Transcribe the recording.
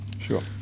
sure